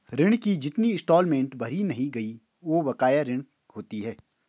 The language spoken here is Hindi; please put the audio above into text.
ऋण की जितनी इंस्टॉलमेंट भरी नहीं गयी वो बकाया ऋण होती है